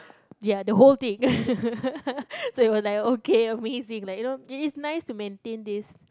ya the whole thing so it was like okay amazing like you know it's nice to maintain this